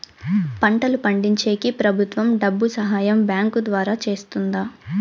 పంటలు పండించేకి ప్రభుత్వం డబ్బు సహాయం బ్యాంకు ద్వారా చేస్తుందా?